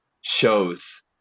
shows –